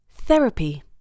Therapy